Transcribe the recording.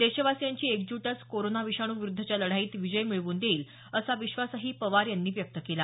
देशवासियांची एकजूटच कोरोना विषाणूविरुद्धच्या लढाईत विजय मिळवून देईल असा विश्वासही पवार यांनी व्यक्त केला